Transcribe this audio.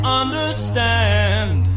understand